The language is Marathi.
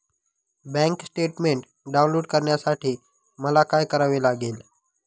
बँक स्टेटमेन्ट डाउनलोड करण्यासाठी मला काय करावे लागेल?